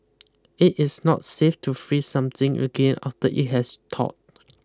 it is not safe to freeze something again after it has thawed